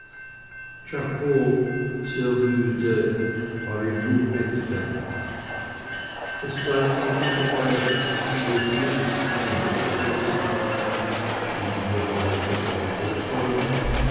sehr müde war im nu bettfertig es bleibt also dabei rex sie logieren sich in dem rokokozimmer ein wir wollen es ohne weiteres so nennen